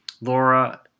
Laura